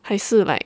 还是 like